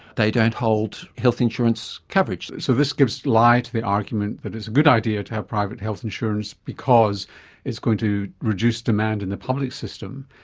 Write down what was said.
they don't hold health insurance coverage. so this gives lie to the argument that it's a good idea to have private health insurance because it's going to reduce demand in the public system,